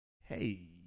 Hey